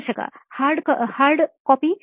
ಸಂದರ್ಶಕ ಹಾರ್ಡ್ ನಕಲು